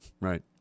Right